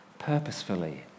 Purposefully